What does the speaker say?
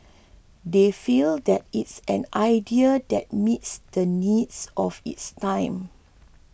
they feel that it's an idea that meets the needs of its time